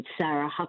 Sarah